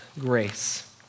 grace